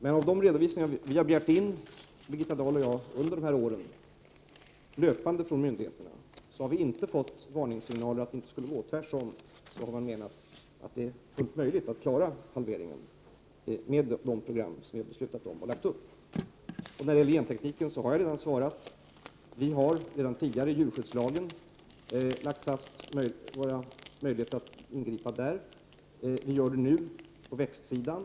Birgitta Dahl och jag har begärt in löpande redovisning från myndigheterna under de här åren. Men vi har inte nåtts av några varningssignaler om att det inte skulle vara möjligt att åstadkomma en halvering. Tvärtom har man menat att det är fullt möjligt att klara en sådan med de program som vi beslutat om. När det gäller gentekniken har jag redan svarat. Vi har redan i djurskyddslagen lagt fast möjligheterna när det gäller att ingripa i det avseendet. Samma sak gör vi nu på växtsidan.